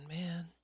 man